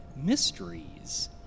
mysteries